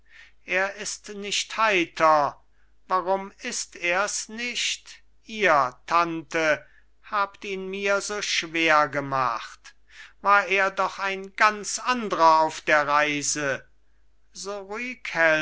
er ist nicht heiter warum ist ers nicht ihr tante habt ihn mir so schwer gemacht war er doch ein ganz andrer auf der reise so